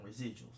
residuals